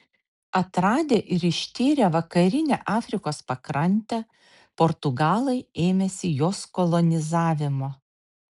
atradę ir ištyrę vakarinę afrikos pakrantę portugalai ėmėsi jos kolonizavimo